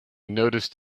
noticed